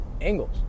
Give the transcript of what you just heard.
angles